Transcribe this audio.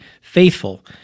faithful